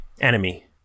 enemy